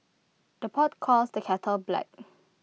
the pot calls the kettle black